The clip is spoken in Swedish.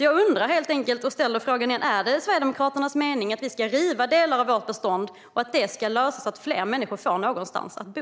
Jag undrar helt enkelt och ställer frågan igen: Är det Sverigedemokraternas mening att vi ska riva delar av vårt bostadsbestånd och att det ska göra att fler människor får någonstans att bo?